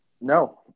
No